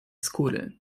skóry